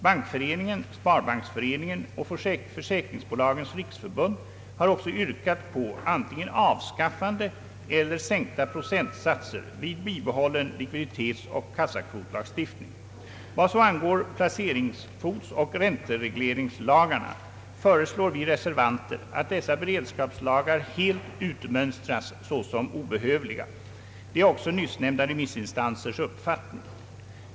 Bankföreningen, Sparbanksföreningen och Försäkringsbolagens riksförbund har också yrkat på antingen avskaffande eller sänkta procentsatser vid bibehållen likviditetsoch kassakvotslagstiftning. Vad så angår placeringskvotsoch ränteregleringslagarna föreslår vi reservanter, att dessa beredskapslagar helt utmönstras såsom obehövliga. Det är också nyssnämnda remissinstansers uppfattning.